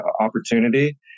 opportunity